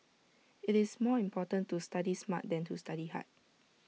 IT is more important to study smart than to study hard